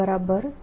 E0 છે